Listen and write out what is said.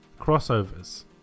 crossovers